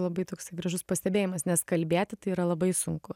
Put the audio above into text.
labai toksai gražus pastebėjimas nes kalbėti tai yra labai sunku